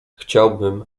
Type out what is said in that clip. chciałbym